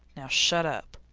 now shut up.